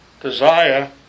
desire